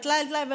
וטלאי על טלאי,